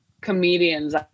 comedians